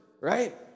right